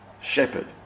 shepherd